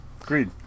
agreed